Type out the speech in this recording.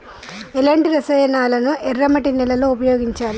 ఎలాంటి రసాయనాలను ఎర్ర మట్టి నేల లో ఉపయోగించాలి?